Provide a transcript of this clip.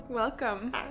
Welcome